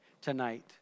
tonight